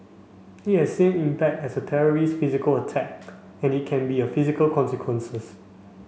it has same impact as a terrorist's physical attack and it can be a physical consequences